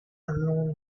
unknown